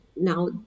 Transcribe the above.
now